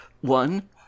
one